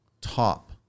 top